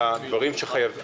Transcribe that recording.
מכניס?